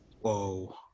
Whoa